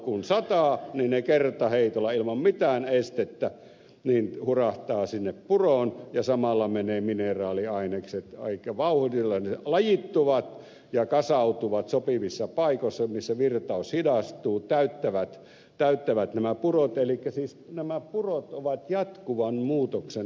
kun sataa niin ne kertaheitolla ilman mitään estettä hurahtavat sinne puroon ja samalla menevät mineraaliainekset aika vauhdilla ne lajittuvat ja kasautuvat sopivissa paikoissa missä virtaus hidastuu täyttävät nämä purot elikkä siis nämä purot ovat jatkuvan muutoksen alaisina